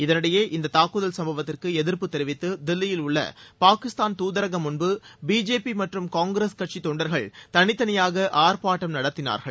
இதனிடையே இந்த தாக்குதல் சம்பவத்திற்கு எதிர்ப்பு தெரிவித்து தில்லியில் உள்ள பாகிஸ்தான் தூதரகம் முன்பு பிஜேபி மற்றும் காங்கிரஸ் கட்சித் தொண்டர்கள் தனித்தனியாக ஆர்ப்பாட்டம் நடத்தினார்கள்